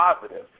positive